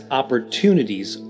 opportunities